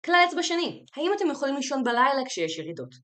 כלל אצבע שני, האם אתם יכולים לישון בלילה כשיש ירידות?